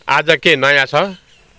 आज के नयाँ छ